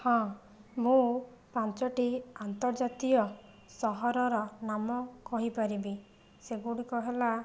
ହଁ ମୁଁ ପାଞ୍ଚଟି ଆନ୍ତର୍ଜାତୀୟ ସହରର ନାମ କହିପାରିବି ସେଗୁଡ଼ିକ ହେଲା